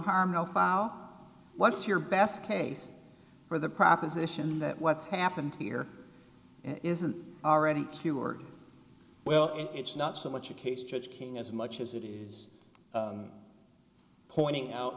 harm no foul what's your best case for the proposition that what's happened here isn't already well it's not so much a case judge king as much as it is pointing out